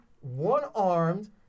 one-armed